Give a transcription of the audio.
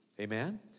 Amen